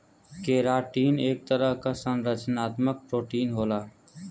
keratin एक तरह क संरचनात्मक प्रोटीन होला